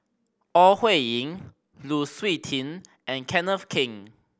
Ore Huiying Lu Suitin and Kenneth Keng